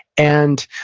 and,